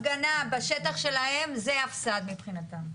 הפגנה בשטח שלהם זה הפס"ד מבחינתם.